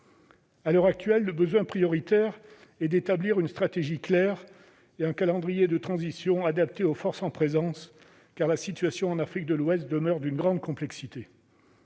À l'heure actuelle, le besoin prioritaire est d'établir une stratégie claire et un calendrier de transition adapté aux forces en présence, car la situation en Afrique de l'Ouest demeure d'une grande complexité.